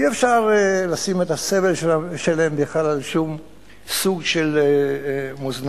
ואי-אפשר לשים את הסבל שלהם בכלל על שום סוג של מאזניים.